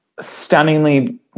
stunningly